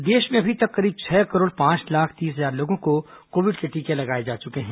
corona समाचार देश में अभी तक करीब छह करोड़ पांच लाख तीस हजार लोगों को कोविड के टीके लगाए जा चुके हैं